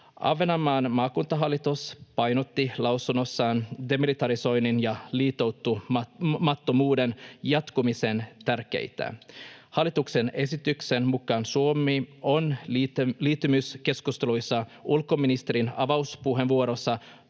Ahvenanmaan maakuntahallitus painotti lausunnossaan demilitarisoinnin ja liittoutumattomuuden jatkumisen tärkeyttä. Hallituksen esityksen mukaan Suomi on liittymiskeskusteluissa ulkoministerin avauspuheenvuorossa